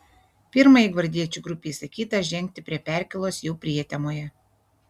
pirmajai gvardiečių grupei įsakyta žengti prie perkėlos jau prietemoje